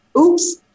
Oops